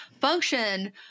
function